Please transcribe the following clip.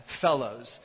fellows